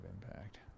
impact